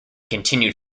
continued